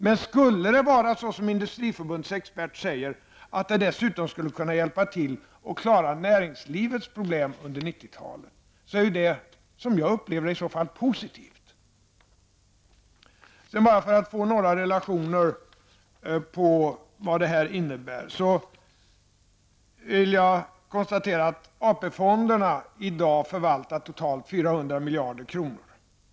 Men skulle det vara på det sätt som Industriförbundets expert säger, nämligen att detta dessutom skulle kunna hjälpa till att lösa näringslivets problem under 90-talet, är detta något som jag upplever som positivt. För att få en relation till vad detta kommer att innebära vill jag konstatera att AP-fonderna i dag förvaltar totalt 400 miljarder kronor.